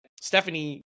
Stephanie